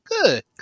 Good